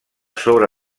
sobre